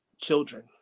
children